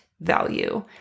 value